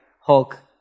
Hulk